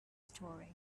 story